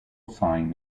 sign